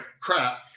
crap